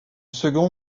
second